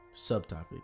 subtopic